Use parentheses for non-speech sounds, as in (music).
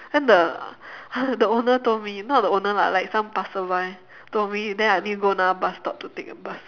then the (laughs) the owner told me not the owner lah like some passerby told me then I need to go another bus stop to take the bus